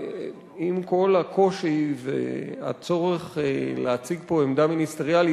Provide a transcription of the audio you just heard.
עם כל הקושי והצורך להציג פה עמדה מיניסטריאלית,